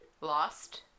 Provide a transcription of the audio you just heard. Lost